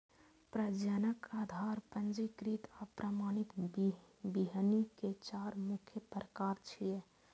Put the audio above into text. प्रजनक, आधार, पंजीकृत आ प्रमाणित बीहनि के चार मुख्य प्रकार छियै